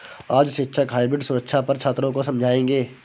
आज शिक्षक हाइब्रिड सुरक्षा पर छात्रों को समझाएँगे